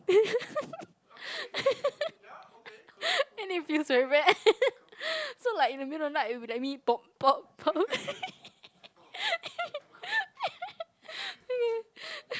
and it feels very wet so like in the middle of the night it'll be like me pop pop pop okay